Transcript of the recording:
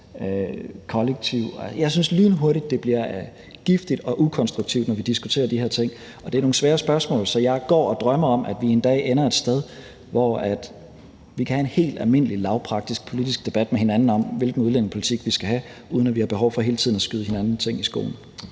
kollektiv. Jeg synes, det lynhurtigt bliver giftigt og ukonstruktivt, når vi diskuterer de her ting. Og det er nogle svære spørgsmål, så jeg går og drømmer om, at vi en dag ender et sted, hvor vi kan have en helt almindelig lavpraktisk politisk debat med hinanden om, hvilken udlændingepolitik vi skal have, uden at vi har behov for hele tiden at skyde hinanden ting i skoene.